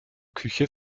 küche